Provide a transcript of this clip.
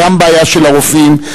גם בעיה של הרופאים,